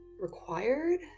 required